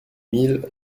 mille